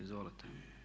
Izvolite.